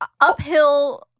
uphill